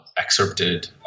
excerpted